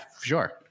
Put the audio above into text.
sure